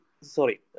sorry